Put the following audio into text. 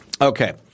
Okay